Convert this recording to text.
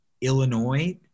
Illinois